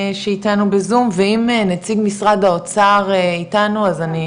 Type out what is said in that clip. שאיתנו בזום ואם נציג משרד האוצר איתנו אז אני